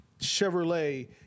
Chevrolet –